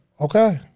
okay